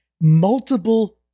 multiple